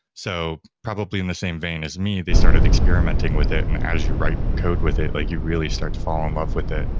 so probably in the same vein as me, they started experimenting with it and as you write code with it, like you really start to fall in love with it.